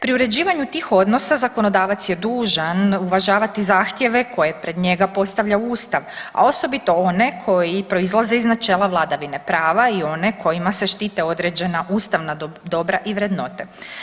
Pri uređivanju tih odnosa zakonodavac je dužan uvažavati zahtjeve koje pred njega postavlja Ustav, a osobito one koji proizlaze iz načela vladavine prava i one kojima se štite određena ustavna dobra i vrednote.